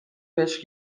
بهش